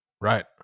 right